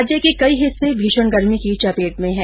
राज्य के कई हिस्से भीषण गर्मी की चपेट में हैं